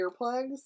earplugs